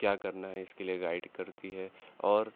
کیا کرنا ہے اس کے لیے گائیڈ کرتی ہے اور